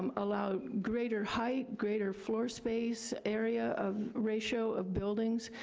um allow greater height, greater floor space area of ratio of buildings,